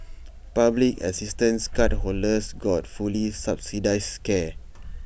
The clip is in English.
public assistance cardholders got fully subsidised care